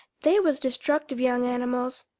they was destructive young animals,